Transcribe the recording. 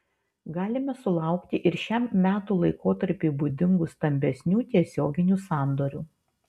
galime sulaukti ir šiam metų laikotarpiui būdingų stambesnių tiesioginių sandorių